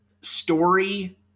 story